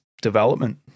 development